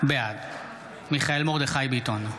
בעד מיכאל מרדכי ביטון,